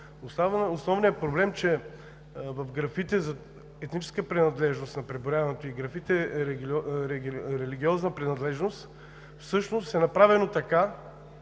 основният проблем, че в графите за етническа принадлежност на преброяването и в графите за религиозна принадлежност всъщност е направено така,